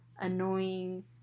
annoying